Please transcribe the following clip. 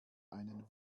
einen